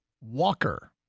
Walker